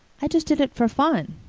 i just did it for fun.